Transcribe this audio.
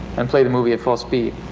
and play the movie at full speed.